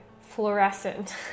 fluorescent